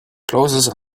clothes